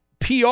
PR